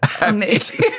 amazing